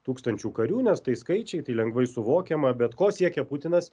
tūkstančių karių nes tai skaičiai tai lengvai suvokiama bet ko siekia putinas